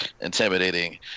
intimidating